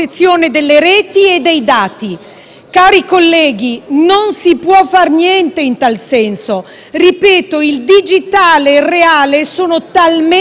Cari colleghi, non si può fare niente in tal senso: il digitale e il reale sono talmente permeati tra loro